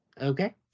Okay